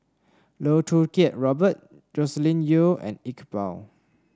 Loh Choo Kiat Robert Joscelin Yeo and Iqbal